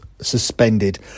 suspended